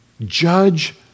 judge